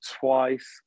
twice